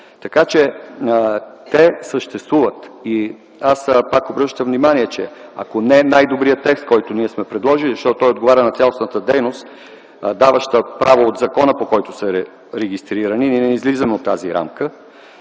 – те съществуват. Пак обръщам внимание, че ако не е най-добрият текст, който ние сме предложили, защото той отговаря на цялостната дейност, даваща право от закона, по който са регистрирани, ние не излизаме от тази рамка,